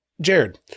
Jared